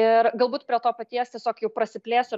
ir galbūt prie to paties tiesiog jau prasiplėsiu